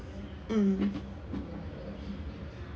mm